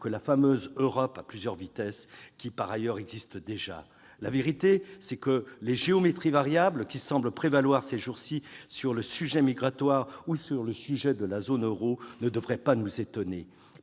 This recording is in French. que la fameuse Europe à plusieurs vitesses, qui, par ailleurs, existe déjà. La vérité, c'est que les géométries variables qui semblent prévaloir ces jours-ci sur le sujet migratoire ou sur le budget de la zone euro ne devraient pas nous étonner.